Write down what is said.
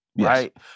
right